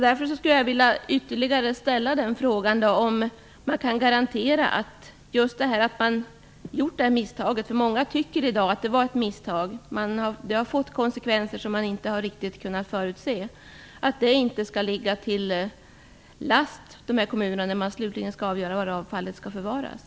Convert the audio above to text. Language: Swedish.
Därför vill jag fråga om man kan garantera att det här misstaget - många tycker nämligen i dag att det var just ett misstag som har fått konsekvenser som som man inte riktigt kunnat förutse - inte skall ligga till last för de här kommunerna när man slutligen skall avgöra var avfallet skall förvaras.